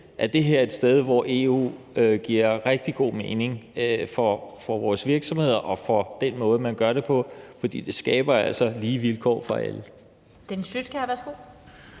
er det her et sted, hvor EU giver rigtig god mening for vores virksomheder og for den måde, man gør det på, fordi det altså skaber lige vilkår for alle. Kl. 18:36 Den fg.